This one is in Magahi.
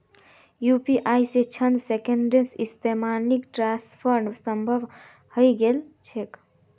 यू.पी.आई स चंद सेकंड्सत इलेक्ट्रॉनिक ट्रांसफर संभव हई गेल छेक